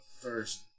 first